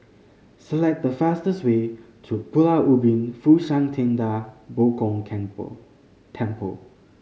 select the fastest way to Pulau Ubin Fo Shan Ting Da Bo Gong Temple Temple